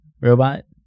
robot